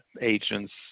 agents